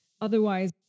Otherwise